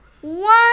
One